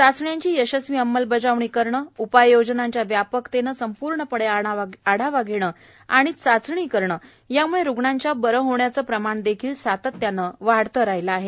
चाचण्याची यशस्वी अंमलबजावणी करणे उपाययोजनांच्या व्यापकतेने संपूर्णपणे आढावा घेणे आणि चाचणी करणे यामुळे रुग्णांच्या वरे होण्याचे प्रमाण देखील सातत्याने वाढते राहिले आहे